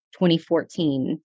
2014